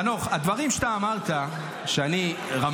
חנוך, הדברים שאתה אמרת, רמזת,